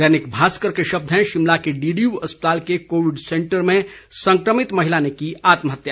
दैनिक भास्कर के शब्द हैं शिमला के डीडीयू अस्पताल के कोविड सेंटर में सकमित महिला ने की आत्महत्या